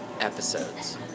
episodes